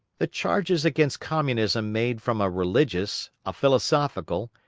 the charges against communism made from a religious, a philosophical,